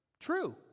True